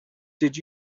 did